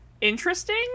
interesting